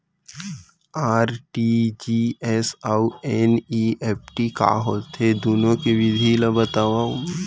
RTGS अऊ NEFT का होथे, दुनो के विधि ला बतावव